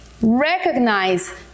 recognize